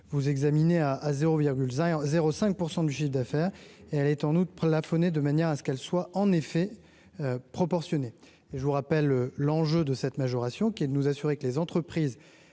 vous examinez à à 0,0 0 5 % du chiffre d'affaires et elle est en août plafonner de manière à ce qu'elle soit en effet proportionnée et je vous rappelle l'enjeu de cette majoration qui est de nous assurer que les entreprises